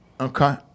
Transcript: Okay